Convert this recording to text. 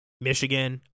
Michigan